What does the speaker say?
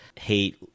hate